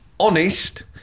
Honest